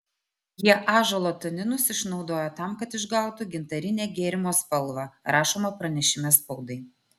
jie ąžuolo taninus išnaudoja tam kad išgautų gintarinę gėrimo spalvą rašoma pranešime spaudai